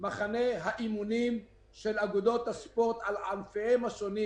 מחנה האימונים של ענפי הספורט של אגודות הספורט.